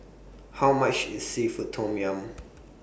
How much IS Seafood Tom Yum